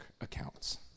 accounts